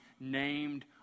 named